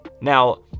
Now